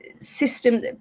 systems